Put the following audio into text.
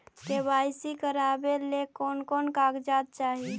KYC करावे ले कोन कोन कागजात चाही?